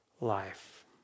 life